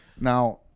Now